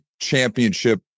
championship